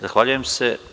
Zahvaljujem se.